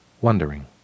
wondering